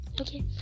Okay